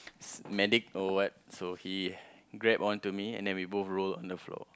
medic or what so he grab on to me and then we both roll on the floor